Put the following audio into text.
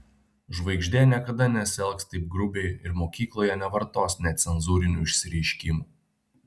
žvaigždė niekada nesielgs taip grubiai ir mokykloje nevartos necenzūrinių išsireiškimų